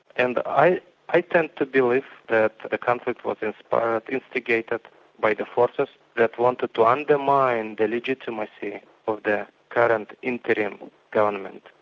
and i i tend to believe that the conflict was inspired, instigated by the forces that wanted to undermine the legitimacy of the current interim government.